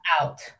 out